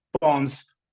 bonds